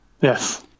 Yes